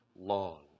long